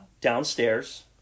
downstairs